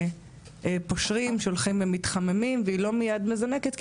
פושרים שהולכים ומתחממים והיא לא מיד מזנקת,